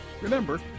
Remember